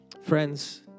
Friends